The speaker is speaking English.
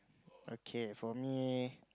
okay for me